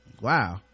wow